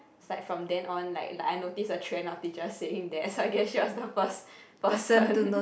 side from that on like like I notice the trend of teachers saying that so I guess she was the first person